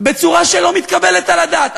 בצורה שלא מתקבלת על הדעת.